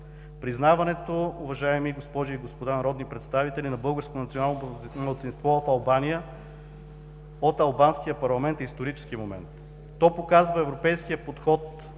Признаването, уважаеми госпожи и господа народни представители, на българското национално малцинство в Албания от албанския парламент е исторически момент. То показва европейския подход